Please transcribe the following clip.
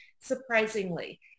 surprisingly